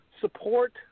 support